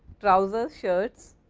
trousers, shirts,